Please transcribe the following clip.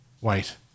Wait